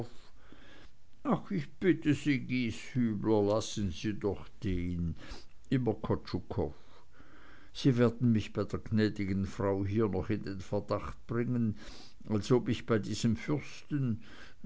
ach ich bitt sie gieshübler lassen sie doch den immer kotschukoff sie werden mich bei der gnäd'gen frau hier noch in den verdacht bringen als ob ich bei diesem fürsten